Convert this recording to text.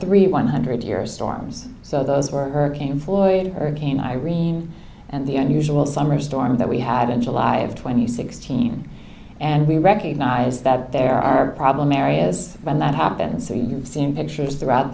three one hundred year storms so those were hurricane floyd hurricane irene and the unusual summer storm that we had in july twenty sixth seen and we recognize that there are problem areas when that happens so you've seen pictures throughout